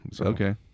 Okay